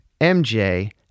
MJ